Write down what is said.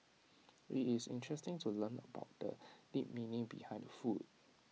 IT is interesting to learn about the deeper meaning behind the food